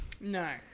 No